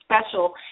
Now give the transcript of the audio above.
special